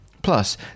Plus